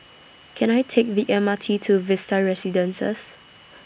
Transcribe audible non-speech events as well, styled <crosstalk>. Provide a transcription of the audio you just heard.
Can I Take The M R T to Vista Residences <noise>